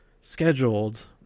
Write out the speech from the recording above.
scheduled